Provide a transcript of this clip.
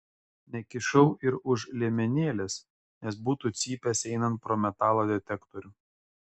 nekišau ir už liemenėlės nes būtų cypęs einant pro metalo detektorių